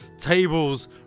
Tables